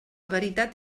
veritat